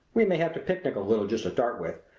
we may have to picnic a little just to start with,